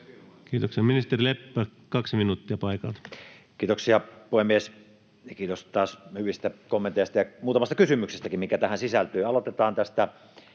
Kiitoksia. — Ministeri Leppä, 2 minuuttia paikalta. Kiitoksia, puhemies! Kiitos taas hyvistä kommenteista ja muutamasta kysymyksestäkin, mitä tähän sisältyi. — Aloitetaan tästä